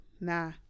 nah